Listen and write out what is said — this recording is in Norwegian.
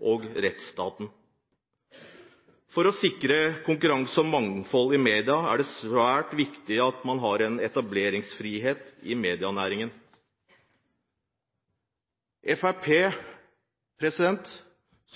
og rettsstaten. For å sikre konkurranse og mangfold i media er det svært viktig at man har en etableringsfrihet i medienæringen. Fremskrittspartiet vil –